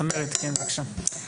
צמרת, כן, בבקשה.